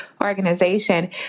organization